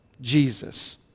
Jesus